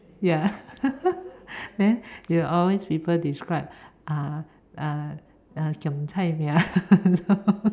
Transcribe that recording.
ya then ya always people describe uh uh giam cai mia